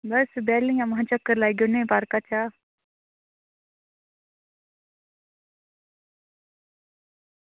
बस बेह्ली आं महां चक्कर लाई औन्नी आं पार्के चा